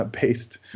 based